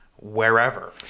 wherever